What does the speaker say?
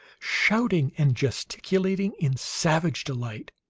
shouting and gesticulating in savage delight.